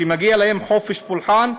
ומגיע להם חופש פולחן,